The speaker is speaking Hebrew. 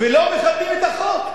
ולא מכבדים את החוק.